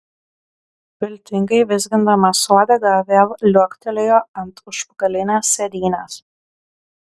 viltingai vizgindamas uodegą vėl liuoktelėjo ant užpakalinės sėdynės